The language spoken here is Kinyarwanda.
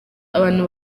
abantu